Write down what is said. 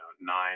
nine